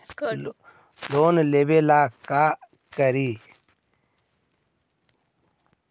Loan लेबे ला का करि?